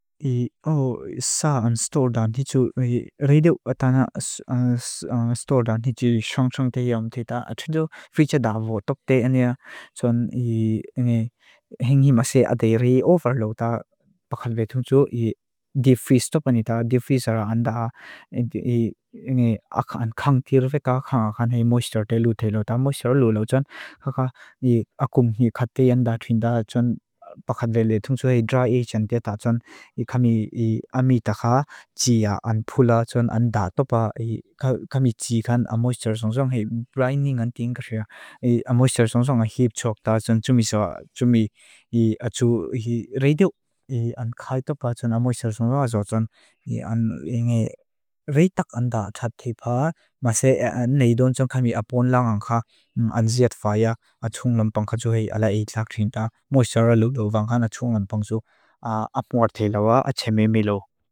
Saa an stor daan ditu, reidu atan an stor daan ditu shong shong te yawm te ta. Atudu fritcha daavu otok te anya. Soan inge henghi maase atei rei ofar lo. Ta pakalbe tung tsu i deep freeze top anita. Deep freeze ara anda inge akhan khang tirve ka, khang akhan hei moisture te lu te lo. Ta moisture lu lo soan khakha aakung hei khatei anda tuinda soan pakalbe le tung tsu hei dry age antea ta soan. I kami a mita khaa tia an pula soan anda topa. I kami tia khang an moisture soan soan hei brining an ting kariya. I moisture soan soan hei heat shock ta soan tumi soa tumi atu reidu an khai topa soan an moisture soan soa soan. Inge reitak anda tat te paa maase neidon tsong kami apon laa angkhaa. Anziat faaya atungan pangkhaa so hei ala eitak tuinda. Moisture lu lo vangkhaa atungan pangkhaa soo. Apong atei lawa atxe mi mi lo.